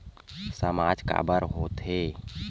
सामाज काबर हो थे?